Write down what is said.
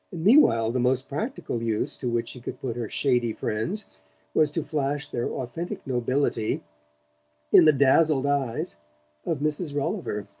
and meanwhile the most practical use to which she could put her shady friends was to flash their authentic nobility in the dazzled eyes of mrs. rolliver.